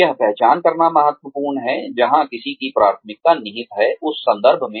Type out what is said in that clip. यह पहचान करना महत्वपूर्ण है जहां किसी की प्राथमिकता निहित है उस संदर्भ में